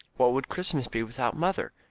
what would christmas be without mother!